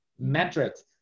metrics